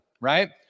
right